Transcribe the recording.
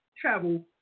travel